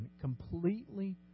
completely